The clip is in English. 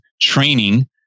training